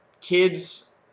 kids